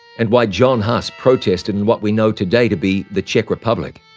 and why john huss protested in what we know today to be the czech republic,